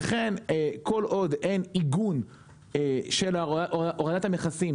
לכן כל עוד אין עיגון של הורדת המכסים,